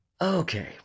Okay